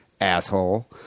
asshole